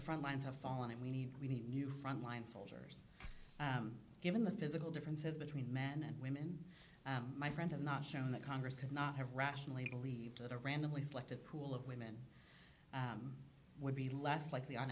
front lines have fallen and we need we need new frontline soldiers given the physical differences between men and women my friend has not shown that congress could not have rationally believed that a randomly selected pool of women would be less likely on